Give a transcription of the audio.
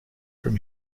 from